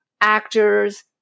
actors